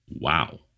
wow